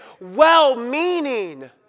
well-meaning